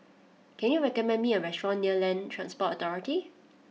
can you recommend me a restaurant near Land Transport Authority